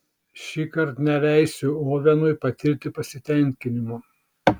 šįkart neleisiu ovenui patirti pasitenkinimo